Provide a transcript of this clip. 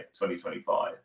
2025